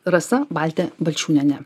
rasa baltė balčiūnienė